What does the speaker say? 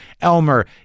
Elmer